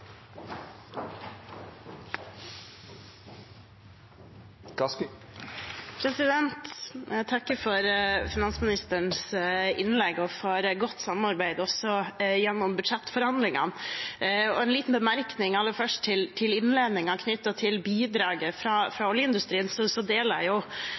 Jeg takker for finansministerens innlegg og for godt samarbeid gjennom budsjettforhandlingene. Aller først en liten bemerkning til innledningen, knyttet til bidraget fra oljeindustrien: Jeg deler i aller høyeste grad virkelighetsbildet, men det er jo